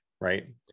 Right